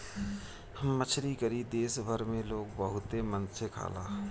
मछरी करी देश भर में लोग बहुते मन से खाला